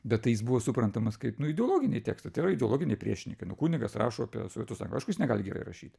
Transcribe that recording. bet tai jis buvo suprantamas kaip nu ideologiniai tekstai tai yra ideologiniai priešininkai nu kunigas rašo apie sovietų sąjungą aišku jis negali gerai rašyt